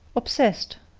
obsessed,